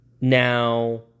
Now